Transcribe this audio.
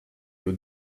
you